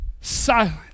silent